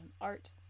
art